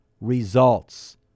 results